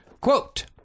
quote